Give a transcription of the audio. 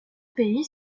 pays